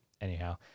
anyhow